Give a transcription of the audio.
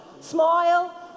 smile